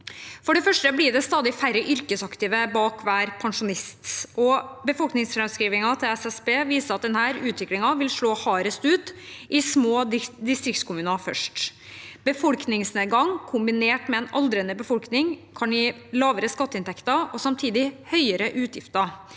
For det første blir det stadig færre yrkesaktive bak hver pensjonist, og befolkningsframskrivingen til SSB viser at denne utviklingen vil slå hardest ut i små distriktskommuner først. Befolkningsnedgang, kombinert med en aldrende befolkning, kan gi lavere skatteinntekter og samtidig høyere utgif ter,